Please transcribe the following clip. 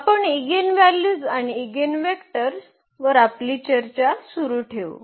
आपण इगेनव्हॅल्यूज आणि इगेनवेक्टर्स वर आपली चर्चा सुरू ठेवू